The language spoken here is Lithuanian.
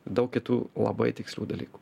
daug kitų labai tikslių dalykų